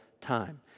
time